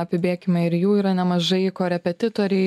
apibėkime ir jų yra nemažai korepetitoriai